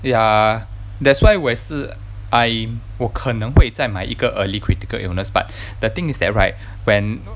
ya that's why 我也是 I'm 我可能会再买一个 early critical illness but the thing is that right when